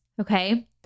Okay